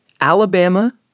Alabama